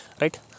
right